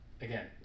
again